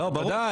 בוודאי.